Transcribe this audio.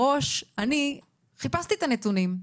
בראש אני חיפשתי את הנתונים.